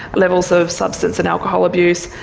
levels of substance and alcohol abuse,